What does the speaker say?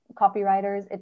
copywriters